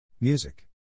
Music